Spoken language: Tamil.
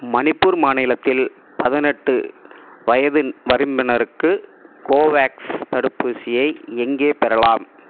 மணிப்பூர் மாநிலத்தில் பதினெட்டு வயது வரம்பினருக்கு கோவேக்ஸ் தடுப்பூசியை எங்கே பெறலாம்